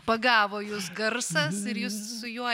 pagavo jus garsas ir jūs su juo